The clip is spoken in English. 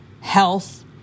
health